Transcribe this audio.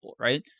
right